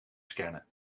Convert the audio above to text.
scannen